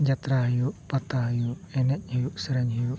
ᱡᱟᱛᱨᱟ ᱦᱩᱭᱩᱜ ᱯᱟᱛᱟ ᱦᱩᱭᱩᱜ ᱮᱱᱮᱡ ᱦᱩᱭᱩᱜ ᱥᱮᱨᱮᱧ ᱦᱩᱭᱩᱜ